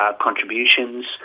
contributions